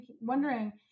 wondering